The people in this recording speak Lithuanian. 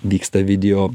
vyksta video